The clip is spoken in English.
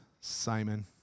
Simon